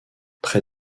près